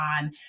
on